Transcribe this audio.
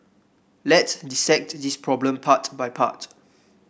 let's dissect this problem part by part